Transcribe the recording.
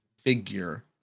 figure